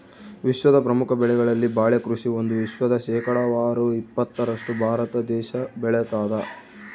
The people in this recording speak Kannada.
ವಿಶ್ವದ ಪ್ರಮುಖ ಬೆಳೆಗಳಲ್ಲಿ ಬಾಳೆ ಕೃಷಿ ಒಂದು ವಿಶ್ವದ ಶೇಕಡಾವಾರು ಇಪ್ಪತ್ತರಷ್ಟು ಭಾರತ ದೇಶ ಬೆಳತಾದ